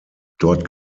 dort